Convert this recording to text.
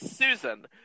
Susan